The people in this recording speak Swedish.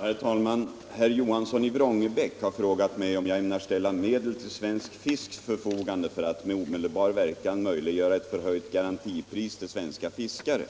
Herr talman! Herr Johansson i Vrångebäck har frågat mig om jag ämnar ställa medel till Svensk Fisks förfogande för att med omedelbar verkan möjliggöra ett förhöjt garantipris till svenska fiskare.